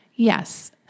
Yes